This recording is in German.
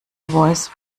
voice